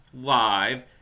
live